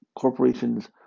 corporations